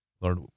Lord